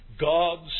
God's